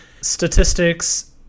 statistics